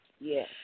Yes